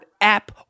app